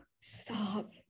Stop